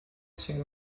sing